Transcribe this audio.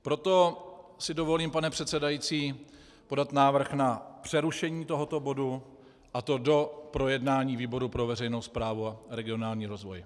Proto si dovolím, pane předsedající, podat návrh na přerušení tohoto bodu, a to do projednání výboru pro veřejnou správu a regionální rozvoj.